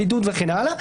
בידוד וכן הלאה,